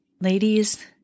Ladies